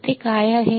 तर ते काय आहे